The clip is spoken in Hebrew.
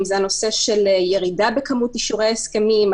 אם זה הנושא של ירידה בכמות אישורי ההסכמים,